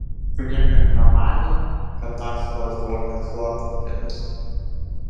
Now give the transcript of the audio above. niekad nemanė kad ašaros dvokia chlorkalkėmis